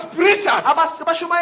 preachers